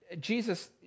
Jesus